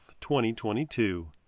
2022